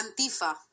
Antifa